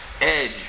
Edge